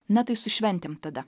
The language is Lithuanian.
na tai su šventėm tada